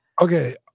Okay